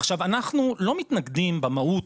עכשיו, אנחנו לא מתנגדים במהות